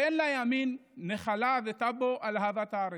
ואין לימין נחלה, טאבו, על אהבת הארץ.